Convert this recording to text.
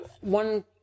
one